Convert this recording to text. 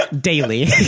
daily